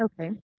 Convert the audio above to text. Okay